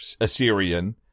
Assyrian